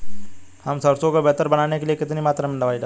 हम सरसों को बेहतर बनाने के लिए कितनी मात्रा में दवाई डालें?